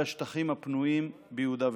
על השטחים הפנויים ביהודה ושומרון.